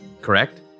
correct